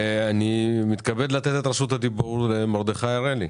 אני מתכבד לתת את רשות הדיבור למרדכי הראלי,